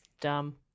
dumb